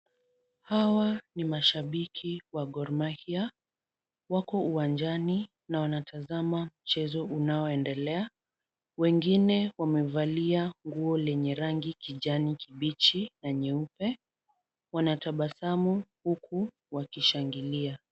Hawa ni mashabiki wa Gor Mahia. Wako uwanjani na wanatazama mchezo unaoendelea. Wengine wamevalia nguo lenye rangi kijani kibichi na nyeupe. Wanatabasamu huku wakishangilia.